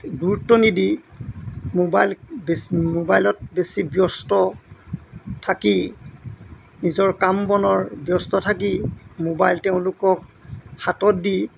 গুৰুত্ব নিদি মোবাইল বেছি মোবাইলত বেছি ব্যস্ত থাকি নিজৰ কাম বনৰ ব্যস্ত থাকি মোবাইল তেওঁলোকক হাতত দি